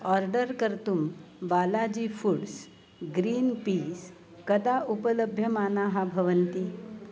order कर्तुं Balaji Foods green peas कदा उपलभ्यमानाः भवन्ति